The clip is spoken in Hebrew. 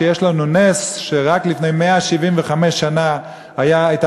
שיש לנו נס שרק לפני 175 שנה הייתה